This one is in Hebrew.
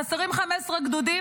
חסרים 15 גדודים?